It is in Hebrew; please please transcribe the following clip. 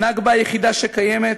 הנכבה היחידה שקיימת,